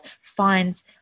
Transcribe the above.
finds